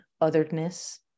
otherness